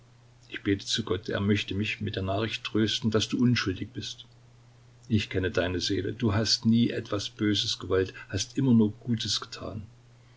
ich bete zu gott er möchte mich mit der nachricht trösten daß du unschuldig bist ich kenne deine seele du hast nie etwas böses gewollt hast immer nur gutes getan